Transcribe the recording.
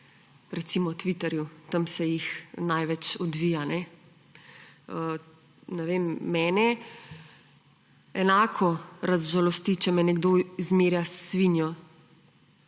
recimo, na Twitterju. Tam se jih največ odvija. Ne vem, mene enako razžalosti, če me nekdo zmerja s svinjo,